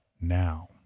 now